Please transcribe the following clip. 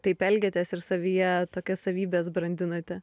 taip elgiatės ir savyje tokias savybes brandinate